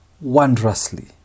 wondrously